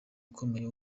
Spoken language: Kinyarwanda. ukomeye